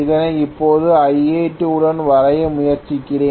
இதை இப்போது Ia2 உடன் வரைய முயற்சிக்கிறேன்